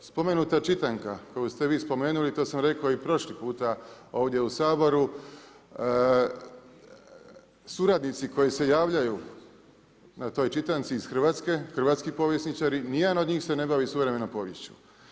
Spomenuta čitanka, koju ste vi spomenuli, to sam rekao i prošli puta ovdje u Saboru, suradnici koji se javljaju na toj čitanci iz Hrvatske, hrvatski povjesničari, ni jedan od njih se ne bavi suvremenom poviješću.